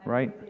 Right